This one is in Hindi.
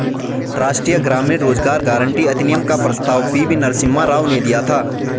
राष्ट्रीय ग्रामीण रोजगार गारंटी अधिनियम का प्रस्ताव पी.वी नरसिम्हा राव ने दिया था